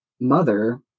mother